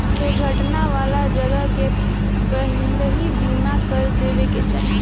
दुर्घटना वाला जगह के पहिलही बीमा कर देवे के चाही